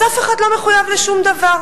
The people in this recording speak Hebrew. אז אף אחד לא מחויב לשום דבר.